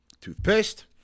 toothpaste